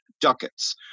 Ducats